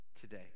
today